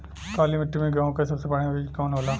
काली मिट्टी में गेहूँक सबसे बढ़िया बीज कवन होला?